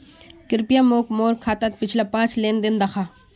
कृप्या मोक मोर खातात पिछला पाँच लेन देन दखा